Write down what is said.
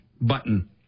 button